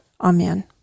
Amen